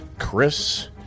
Chris